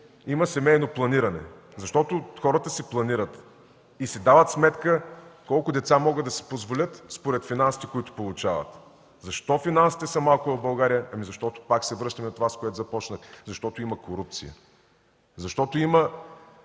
има семейно планиране, защото хората си планират и си дават сметка колко деца могат да си позволят според финансите, които получават. Защо финансите са малко в България? Ами, защото пак се връщаме на това, с което започнах – защото има корупция, защото има